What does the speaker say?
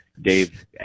Dave